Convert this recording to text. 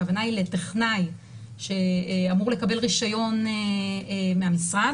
הכוונה היא לטכנאי שאמור לקבל רישיון מהמשרד,